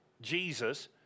Jesus